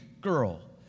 girl